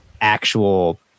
actual